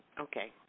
okay